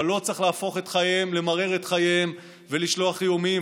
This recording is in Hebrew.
אבל לא צריך למרר את חייהם ולשלוח איומים.